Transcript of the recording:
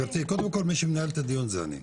גברתי, קודם כל, מי שמנהל את הדיון זה אני.